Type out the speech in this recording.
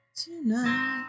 tonight